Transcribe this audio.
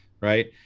Right